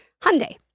Hyundai